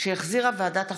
שהחזירה ועדת החוקה,